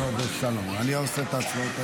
לא היו הרבה,